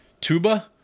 tuba